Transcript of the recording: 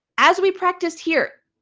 as we practice here,